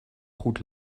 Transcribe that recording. goed